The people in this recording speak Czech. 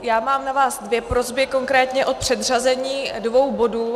Já mám na vás dvě prosby, konkrétně o předřazení dvou bodů.